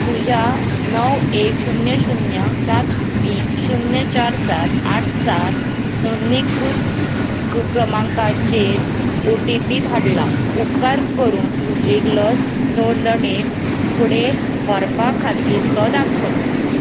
तुज्या णव एक शुन्य शुन्य सात तीन शुन्य चार सात आठ सात नोंदणीकृत क क्रमांकाचेर ओ टी पी धाडला उपकार करून तुजी लस नोंदणी फुडें व्हरपा खातीर तो दाखय